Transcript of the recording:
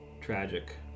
tragic